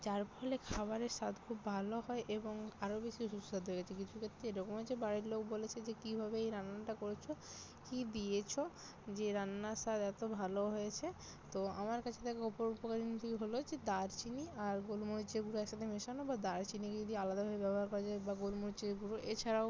যার ফলে খাবারের স্বাদ খুব ভালো হয় এবং আরও বেশি সুস্বাদু হয়ে গিয়েছে কিছু ক্ষেত্রে এরকম হয়েছে বাড়ির লোক বলেছে যে কীভাবে এই রান্নাটা করেছ কী দিয়েছ যে রান্নার স্বাদ এত ভালো হয়েছে তো আমার কাছে দেখো অপর উপকরণটি হলো যে দারচিনি আর গোলমরিচের গুঁড়ো একসাথে মেশানো বা দারচিনিকে যদি আলাদাভাবে ব্যবহার করা যায় বা গোলমরিচের গুঁড়ো এছাড়াও